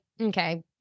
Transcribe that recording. okay